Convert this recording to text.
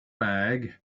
bag